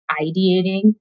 ideating